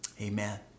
Amen